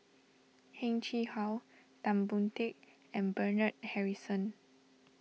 Heng Chee How Tan Boon Teik and Bernard Harrison